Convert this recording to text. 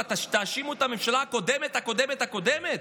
מה, תאשימו את הממשלה הקודמת הקודמת הקודמת?